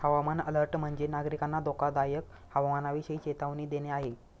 हवामान अलर्ट म्हणजे, नागरिकांना धोकादायक हवामानाविषयी चेतावणी देणे आहे